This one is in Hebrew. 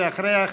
ואחריה,